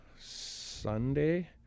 Sunday